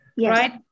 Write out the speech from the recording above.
Right